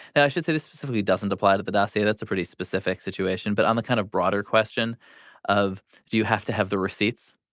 and i should say this specifically doesn't apply to the dossier. that's a pretty specific situation. but on the kind of broader question of do you have to have the receipts,